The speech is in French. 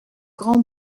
grand